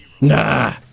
Nah